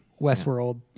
Westworld